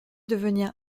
devenir